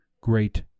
great